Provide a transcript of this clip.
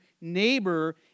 neighbor